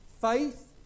faith